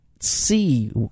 see